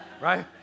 right